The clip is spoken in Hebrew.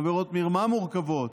עבירות מרמה מורכבות,